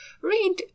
read